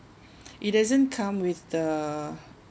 it doesn't come with the